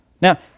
Now